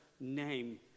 Name